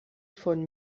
von